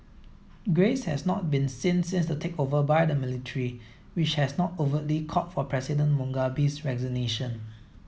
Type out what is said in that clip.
grace has not been seen since the takeover by the military which has not overtly called for President Mugabe's resignation